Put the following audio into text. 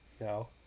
No